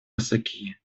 высоки